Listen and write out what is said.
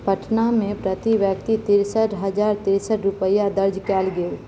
पटनामे प्रति व्यक्ति तिरसठि हजार तिरसठि रुपैआ दर्ज कयल गेल